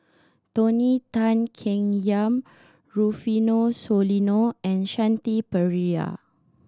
Tony Tan Keng Yam Rufino Soliano and Shanti Pereira